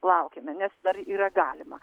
laukiame nes dar yra galima